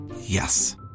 Yes